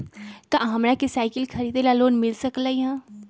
का हमरा के साईकिल खरीदे ला लोन मिल सकलई ह?